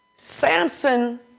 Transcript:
Samson